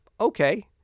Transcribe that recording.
Okay